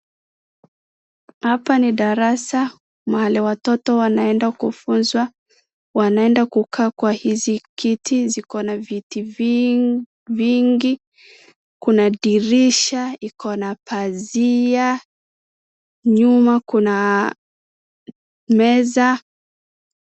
Hapa ni darasa mahali watoto wanaenda kufunzwa. Wanaenda kukaa kwa hizi kiti zikona viti vingi. Kuna dirisha, ikona pazia nyuma kuna meza.